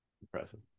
Impressive